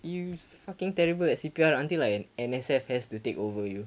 you fucking terrible at C_P_R until like an N_S_F has to take over you